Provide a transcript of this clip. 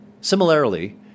Similarly